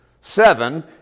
Seven